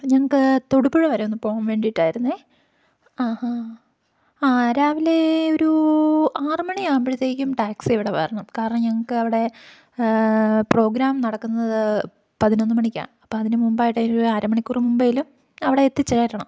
അപ്പോൾ ഞങ്ങൾക്ക് തൊടുപുഴ വരെ ഒന്ന് പോവാൻ വേണ്ടിയിട്ടായിരുന്നു ആ ആ രാവിലെ ഒരു ആറു മണിയാകുമ്പോഴത്തേക്കും ടാക്സി ഇവിടെ വരണം കാരണം ഞങ്ങൾക്ക് അവിടെ പ്രോഗ്രാം നടക്കുന്നത് പതിനൊന്ന് മണിക്ക് ആണ് അപ്പോൾ അതിന് മുമ്പായിട്ട് അര മണിക്കൂർ മുമ്പെങ്കിലും അവിടെ എത്തിച്ചേരണം